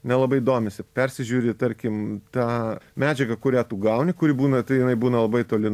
nelabai domisi persižiūri tarkim tą medžiagą kurią tu gauni kuri būna tai jinai būna labai toli